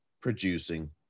producing